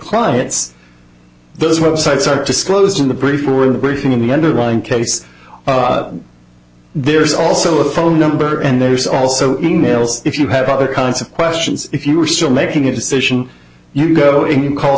clients those websites are disclosed in the brief we were bringing in the underlying case there's also a phone number and there's also e mail if you have other kinds of questions if you are still making a decision you go in you call